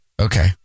Okay